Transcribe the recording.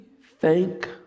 thank